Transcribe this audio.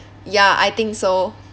ya I think so